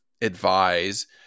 advise